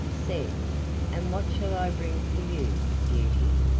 said and what shall i bring for you, beauty?